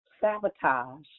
sabotage